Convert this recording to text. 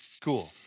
Cool